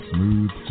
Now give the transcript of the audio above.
Smooth